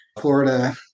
florida